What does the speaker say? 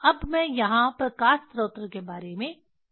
अब मैं यहां प्रकाश स्रोत के बारे में चर्चा करूंगा